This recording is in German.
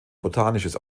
botanisches